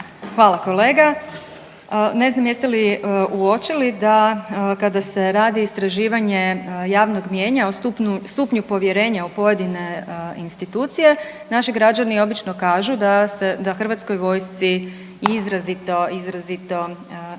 Hvala kolega. Ne znam jeste li uočili da, kada se radi istraživanje javnog mnijenja o stupnju povjerenja u pojedine institucije, naši građani obično kažu da HV-u izrazito, izrazito